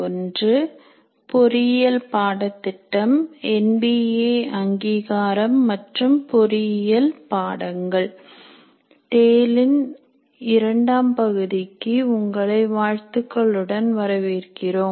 டேலின் இரண்டாம் பகுதிக்கு உங்களை வாழ்த்துக்களுடன் வரவேற்கிறோம்